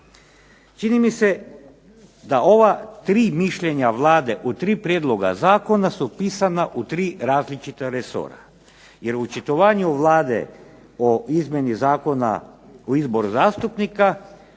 Čini mi se da ova tri mišljenja vlade u tri prijedloga zakona su pisana u tri različita resora, jer u očitovanju Vlade o izmjeni Zakona o izboru zastupnika